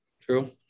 True